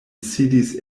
sidis